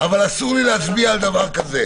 ביקשנו להטיל את זה על גוף אחר.